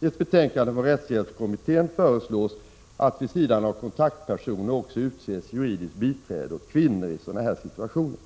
I ett betänkande från rättshjälpskommittén föreslår man att — vid sidan av s.k. kontaktpersoner — också ett juridiskt biträde skall utses åt kvinnor i sådana här situationer.